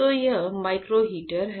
तो यह micro heater है